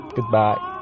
Goodbye